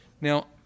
Now